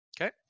Okay